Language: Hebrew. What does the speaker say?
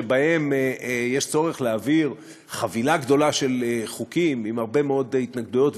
שבהם יש צורך להעביר חבילה גדולה של חוקים עם הרבה מאוד התנגדויות,